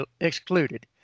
excluded